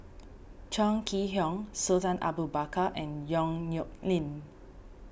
Chong Kee Hiong Sultan Abu Bakar and Yong Nyuk Lin